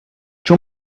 two